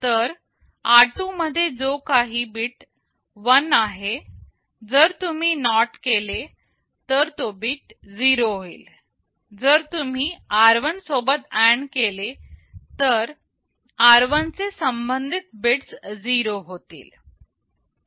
तर r2 मध्ये जो काही बीट 1 आहे जर तुम्ही NOT केले तर ते बीट 0 होतील जर तुम्ही r1 सोबत AND केले तर r1 चे संबंधित बिट्स 0 होतील